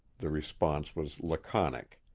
the response was laconic.